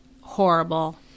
horrible